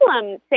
say